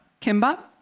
Kimbap